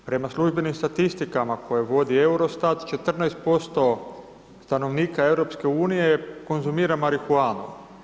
Prema službenim statistikama koje vodi EUROSTAT, 14% stanovnika EU-a konzumira marihuanu.